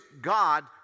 God